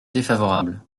défavorable